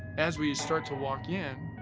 as we start to walk in,